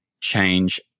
change